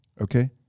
Okay